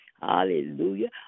hallelujah